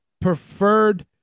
preferred